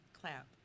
clap